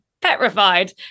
petrified